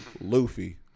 Luffy